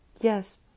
Yes